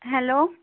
hello